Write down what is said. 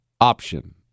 option